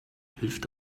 hilft